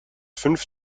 fünf